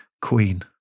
Queen